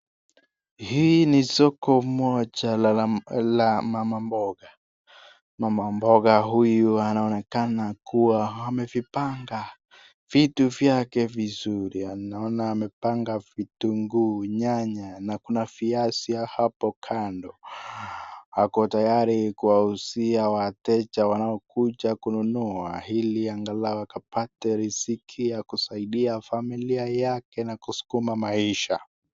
Hii ni soko moja la mama mboga. Mama mboga huyu anaonekana kuwa amevipanga vitu vyake vizuri naona amepanga vitunguu, nyanya, na kuna viazi hapo kando. Ako tayari kuwauzia wateja wanaokuja kununua ili angalau apate riziki ya kusaidia familia yake na kusukuma maisha.